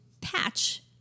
patch